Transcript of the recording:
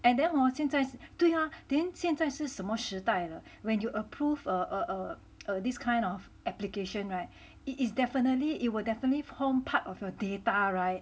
and then hor 现在对啊 then 现在是什么时代了 when you approve err err err these kind of application [right] it is definitely it will definitely form part of your data [right]